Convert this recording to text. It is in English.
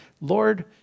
Lord